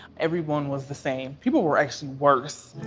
everyone was the same. people were actually worse.